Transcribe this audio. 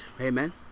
Amen